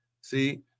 see